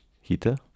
heater